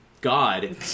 God